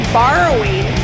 borrowing